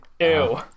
Ew